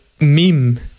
meme